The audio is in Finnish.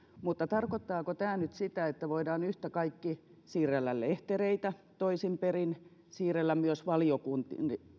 tarkoittaako tämä nyt sitä että voidaan yhtä kaikki siirrellä lehtereitä toisin perin siirrellä myös